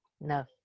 No